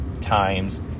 times